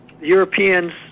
europeans